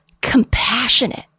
compassionate